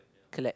correct